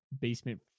basement